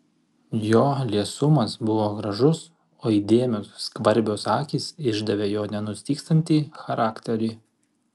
jo liesumas buvo gražus o įdėmios skvarbios akys išdavė jo nenustygstantį charakterį